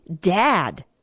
dad